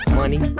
money